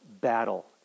battle